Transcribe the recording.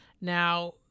Now